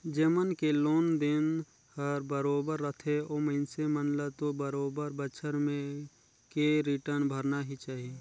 जेमन के लोन देन हर बरोबर रथे ओ मइनसे मन ल तो बरोबर बच्छर में के रिटर्न भरना ही चाही